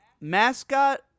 mascot